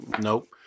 nope